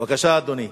בבקשה, אדוני.